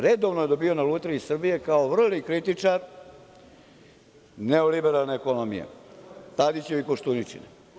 Redovno je dobijao na Lutriji Srbije kao vrli kritičar neoliberalne ekonomije, Tadićev i Koštuničin.